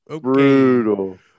Brutal